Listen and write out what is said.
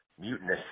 mutinous